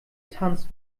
tanzt